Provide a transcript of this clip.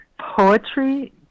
poetry